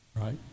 right